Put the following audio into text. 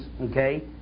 okay